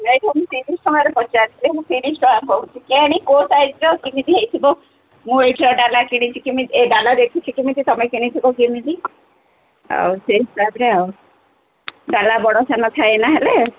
ନାଇଁ ତୁମେ ତିରିଶ ଟଙ୍କାରେ ପଚାରିଥିଲି ମୁଁ ତିରିଶ ଟଙ୍କା କହୁଛି କେଜାଣି କୋଉ ସାଇଜ୍ର କେମିତି ହୋଇଥିବ ମୁଁ ଏଇଠିକାର ଡାଲା କିଣିଛି କେମିତି କି ଏ ଡାଲା ଦେଖିଛି କେମିତି ତୁମେ କିଣିଥିବ କେମିତି ଆଉ ସେଇ ହିସାବରେ ଆଉ ଡାଲା ବଡ଼ ସାନ ଥାଏ ନା ହେଲେ